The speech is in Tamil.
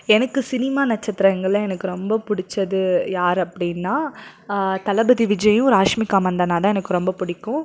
எனக்கு சினிமா நட்சத்திரங்களில் எனக்கு ரொம்ப பிடிச்சது யார் அப்படின்னா தளபதி விஜயும் ராஷ்மிகா மந்தனா தான் எனக்கு ரொம்ப பிடிக்கும்